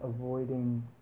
avoiding